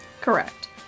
Correct